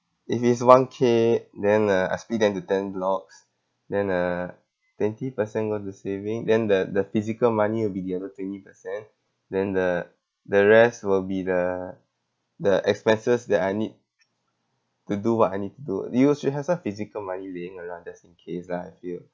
if it's one K then uh I split them into ten blocks then uh twenty percent go to saving then the the physical money will be the other twenty percent then the the rest will be the the expenses that I need to do what I need to do you should have some physical money laying around just in case lah I feel